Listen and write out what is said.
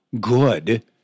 good